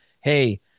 hey